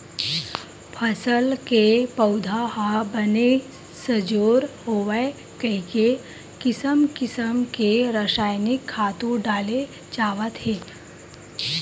फसल के पउधा ह बने सजोर होवय कहिके किसम किसम के रसायनिक खातू डाले जावत हे